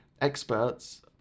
experts